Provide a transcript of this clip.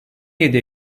yedi